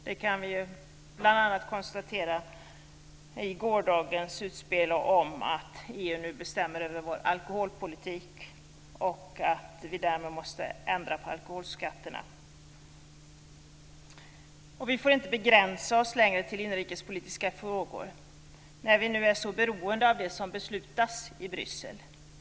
Det kunde vi bl.a. konstatera efter gårdagens utspel om att EU nu bestämmer över vår alkoholpolitik och att vi därmed måste ändra på alkoholskatterna. Vi får inte längre begränsa oss till inrikespolitiska frågor när vi nu är så beroende av det som beslutas i Bryssel.